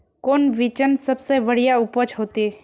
कौन बिचन सबसे बढ़िया उपज होते?